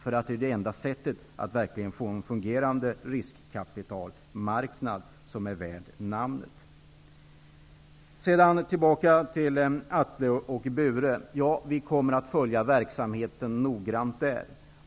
Det är det enda sättet att verkligen få en fungerande riskkapitalmarknad som är värd namnet. Jag går nu tillbaka till Atle och Bure. Ja, vi kommer att följa verksamheten där noggrant.